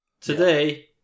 today